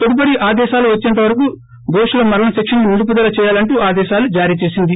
తదుపరి ఆదేశాలు ఇచ్చేంత వరకు దోషుల మరణ శిక్షను నిలుపుదల చేయాలంటూ ఆదేశాలు జారీ చేసింది